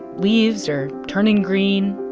leaves are turning green.